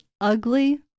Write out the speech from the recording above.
ugly